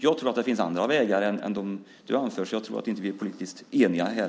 Jag tror att det finns andra vägar än de som du anför. Jag tror inte att vi är politiskt eniga här.